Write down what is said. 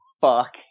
Fuck